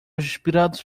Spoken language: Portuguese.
inspirados